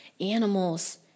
animals